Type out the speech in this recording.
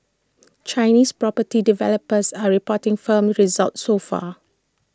Chinese property developers are reporting firm results so far